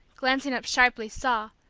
glancing up sharply, saw,